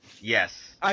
Yes